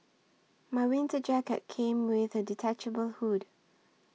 my winter jacket came with a detachable hood